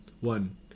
One